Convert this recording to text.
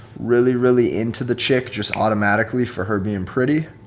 really, really into the chick just automatically for her being pretty,